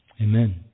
Amen